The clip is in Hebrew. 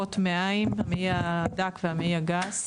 מעיים, המעי הדק והמעי הגס.